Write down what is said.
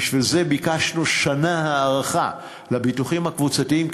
בשביל זה ביקשנו הארכה של שנה לביטוחים הקבוצתיים,